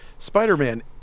Spider-Man